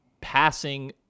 passing